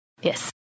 Yes